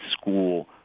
school